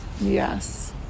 Yes